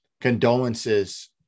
Condolences